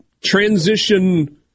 transition